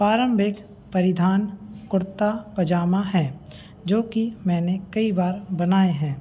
प्रारम्भिक परिधान कुर्ता पैजामा है जोकि मैंने कई बार बनाए हैं